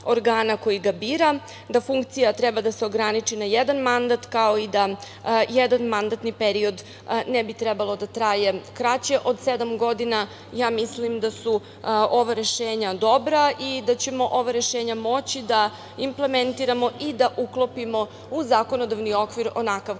koji ga bira, da funkcija treba da se ograniči na jedan mandat, kao i da jedan mandatni period ne bi trebalo da traje kraće od sedam godina. Ja mislim da su ova rešenja dobra i da ćemo ova rešenja moći da implementiramo i da uklopimo u zakonodavni okvir, onakav